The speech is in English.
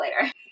later